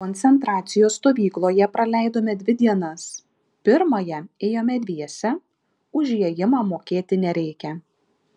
koncentracijos stovykloje praleidome dvi dienas pirmąją ėjome dviese už įėjimą mokėti nereikia